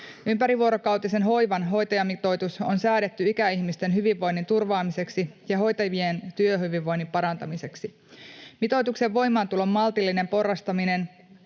Ympärivuorokautisen hoivan hoitajamitoitus on säädetty ikäihmisten hyvinvoinnin turvaamiseksi ja hoitajien työhyvinvoinnin parantamiseksi. Mitoituksen voimaantulon maltillinen porrastaminen